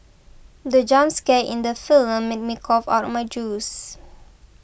the jump scare in the film made me cough out my juice